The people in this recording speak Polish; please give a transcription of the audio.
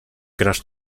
grasz